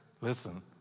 listen